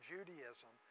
Judaism